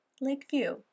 Lakeview